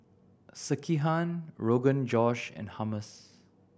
Sekihan Rogan Josh and Hummus